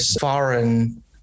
foreign